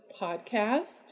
podcast